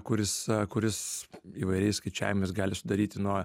kuris kuris įvairiais skaičiavimais gali sudaryti nuo